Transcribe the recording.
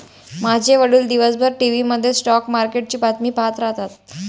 माझे वडील दिवसभर टीव्ही मध्ये स्टॉक मार्केटची बातमी पाहत राहतात